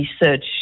research